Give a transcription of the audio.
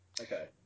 Okay